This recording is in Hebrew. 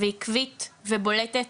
ועקבית ובולטת,